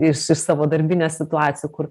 iš savo darbinių situacijų kur